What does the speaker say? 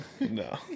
No